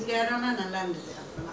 just remember like that no